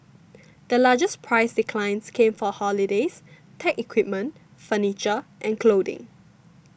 the largest price declines came for holidays tech equipment furniture and clothing